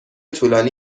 طولانی